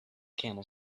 camel